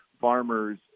farmers